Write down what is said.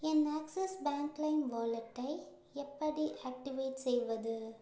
என் Axis bank Lime வாலெட்டை எப்படி activate செய்வது